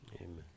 Amen